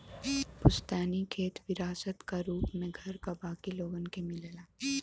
पुस्तैनी खेत विरासत क रूप में घर क बाकी लोगन के मिलेला